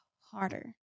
harder